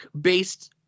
based